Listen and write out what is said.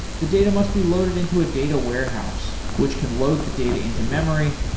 the data must be loaded into a data warehouse, which can load the data into memory,